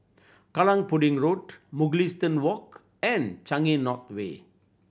Kallang Pudding Road Mugliston Walk and Changi North Way